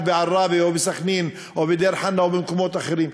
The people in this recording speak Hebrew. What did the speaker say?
בעראבה או בסח'נין או בדיר-חנא או במקומות אחרים,